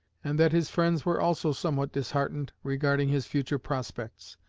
and that his friends were also somewhat disheartened regarding his future prospects,